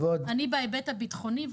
אני בהיבט הביטחוני,